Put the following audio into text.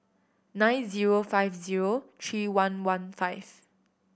nine zero five zero three one one five